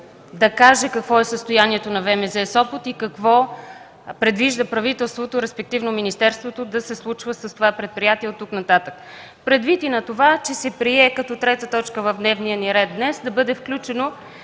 да каже какво е състоянието на ВМЗ – Сопот, и какво предвижда правителството, респективно министерството, да се случва с това предприятие оттук нататък. Предвид и на това, че се прие като трета точка в дневния ни ред днес да бъде включено